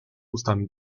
ustami